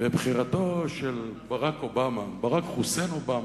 ובחירתו של ברק אובמה, ברק חוסיין אובמה,